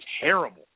terrible